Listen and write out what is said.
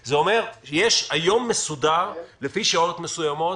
זה אומר שהיום מסודר לפי שעות מסוימות